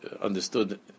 understood